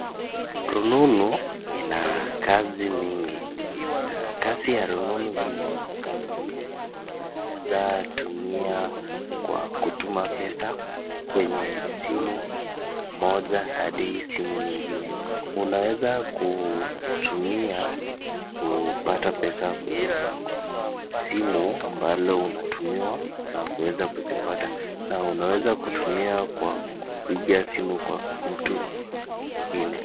Rununu ina kazi mingi na kazi ya rununu hii ni inaweza tumia kwa kutuma pesa kwenye simu moja hadi simu nyingine unaweza kutumia kupata pesa kwenye simu ambalo unatumiwa na kuweza kuzipata unaweza kutumia kwa kupiga simu kwa mtu mwingine.